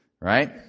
right